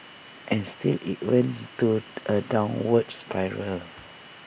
and still IT went to A downward spiral